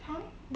汤